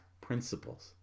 principles